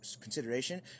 consideration